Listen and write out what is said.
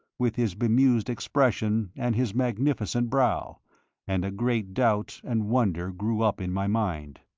with his bemused expression and his magnificent brow and a great doubt and wonder grew up in my mind.